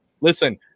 Listen